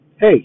hey